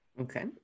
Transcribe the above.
Okay